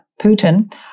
Putin